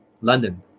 London